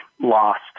lost